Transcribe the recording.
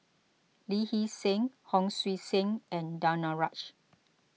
Lee Hee Seng Hon Sui Sen and Danaraj